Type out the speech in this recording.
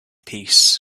peace